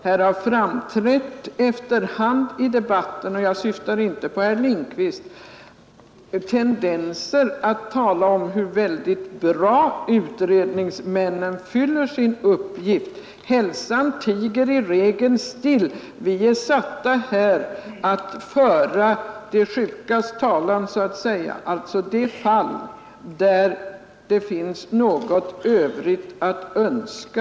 Här har framträtt efter hand i debatten — jag syftar inte på herr Lindkvist — tendenser att tala om hur väldigt bra utredningsmännen fyller sin uppgift. Hälsan tiger i regel still. Vi är satta här att så att säga föra de sjukas talan, alltså att ta upp de fall där det finns något övrigt att önska.